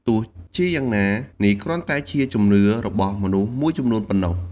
ទោះជាយ៉ាងណានេះគ្រាន់តែជាជំនឿរបស់មនុស្សមួយចំនួនប៉ុណ្ណោះ។